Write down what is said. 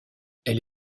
elle